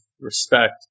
respect